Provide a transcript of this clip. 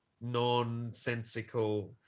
nonsensical